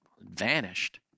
Vanished